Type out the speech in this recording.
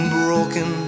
broken